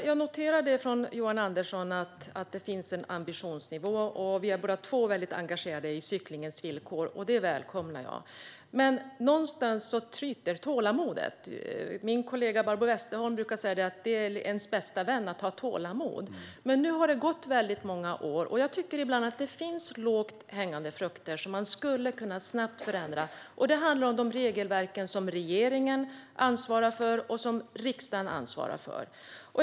Herr talman! Jag noterar Johan Anderssons ambitionsnivå. Vi är båda två väldigt engagerade i cyklingens villkor. Det välkomnar jag. Men någonstans tryter tålamodet. Min kollega Barbro Westerholm brukar säga att tålamodet är ens bästa vän. Men nu har det gått väldigt många år. Jag tycker att det finns lågt hängande frukter. Man skulle kunna förändra vissa saker snabbt. Det handlar om de regelverk som regeringen ansvarar för och som riksdagen ansvarar för.